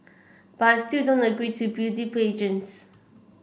but I still don't agree to beauty pageants